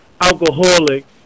alcoholic